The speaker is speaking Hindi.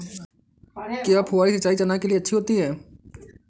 क्या फुहारी सिंचाई चना के लिए अच्छी होती है?